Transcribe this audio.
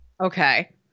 Okay